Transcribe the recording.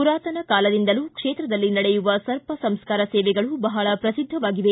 ಪುರಾತನ ಕಾಲದಿಂದಲೂ ಕ್ಷೇತ್ರದಲ್ಲಿ ನಡೆಯುವ ಸರ್ಪ ಸಂಸ್ಕಾರ ಸೇವೆಗಳು ಬಹಳ ಪ್ರಸಿದ್ದವಾಗಿದೆ